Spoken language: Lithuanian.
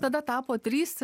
tada tapo trys